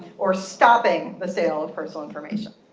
or stopping the sale of personal information.